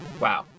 Wow